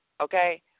okay